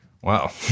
Wow